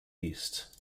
east